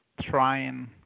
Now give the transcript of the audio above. trying